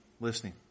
listening